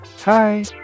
Hi